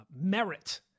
merit